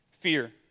fear